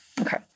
Okay